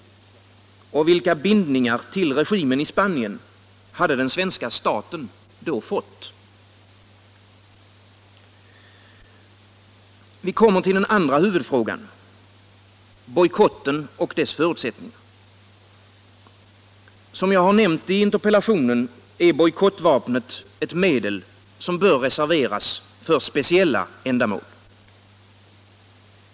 Och vilka bindningar till regimen i Spanien hade den svenska staten då fått? Vi kommer till den andra huvudfrågan — bojkotten och dess förutsättningar. Som jag nämnt i interpellationen är bojkottvapnet ett medel som bör reserveras för speciella ändamål.